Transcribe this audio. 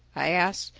i asked.